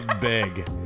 big